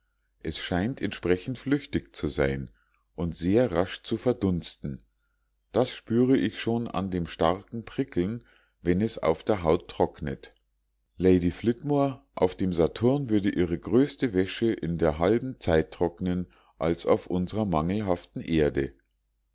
es scheint entsprechend flüchtig zu sein und sehr rasch zu verdunsten das spüre ich schon an dem starken prickeln wenn es auf der haut trocknet lady flitmore auf dem saturn würde ihre größte wäsche in der halben zeit trocknen als auf unsrer mangelhaften erde